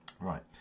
right